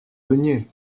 veniez